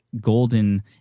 golden